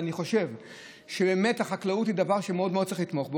ואני באמת חושב שהחקלאות היא דבר שמאוד מאוד צריך לתמוך בו,